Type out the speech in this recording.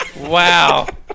Wow